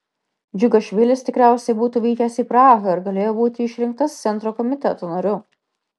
džiugašvilis tikriausiai būtų vykęs į prahą ir galėjo būti išrinktas centro komiteto nariu